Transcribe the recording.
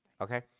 okay